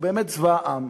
הוא באמת צבא העם.